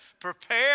Prepare